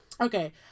Okay